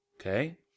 Okay